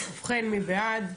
ובכן, מי בעד?